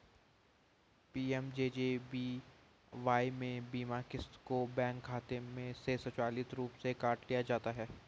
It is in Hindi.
पी.एम.जे.जे.बी.वाई में बीमा क़िस्त को बैंक खाते से स्वचालित रूप से काट लिया जाता है